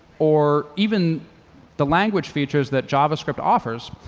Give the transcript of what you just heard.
or even the language features that javascript offers,